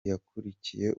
yakurikiye